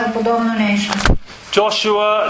Joshua